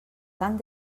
tant